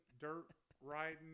dirt-riding